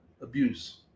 abuse